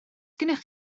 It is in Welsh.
gennych